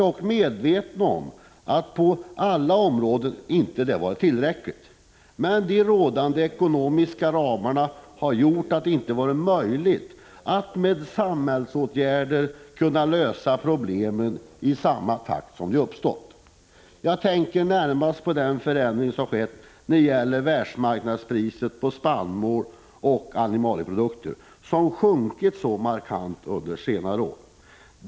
Jag är medveten om att dessa åtgärder inte på alla områden varit tillräckliga, men de förefintliga ekonomiska ramarna har medfört att det inte varit möjligt att med samhällsåtgärder lösa problemen i samma takt som de uppstått. Jag tänker närmast på den förändring som skett när det gäller världsmarknadspriserna på spannmål och på animalieprodukter, vilka sjunkit så markant under senare år.